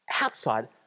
Outside